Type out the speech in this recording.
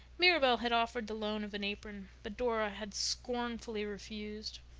mirabel had offered the loan of an apron but dora had scornfully refused.